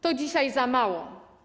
To dzisiaj za mało.